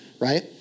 right